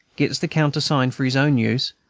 gets the countersign for his own use,